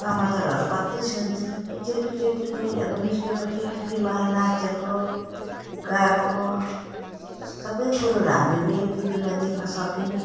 समाचारहरू कत्ति सुन्थ्यौँ पछि पछि टिभी अब निस्केपछि टिभीमा नाचेको गाएको सबै कुरोहरू हामीले टिभीमा देख्न सक्यौँ